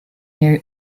near